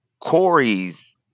Corey's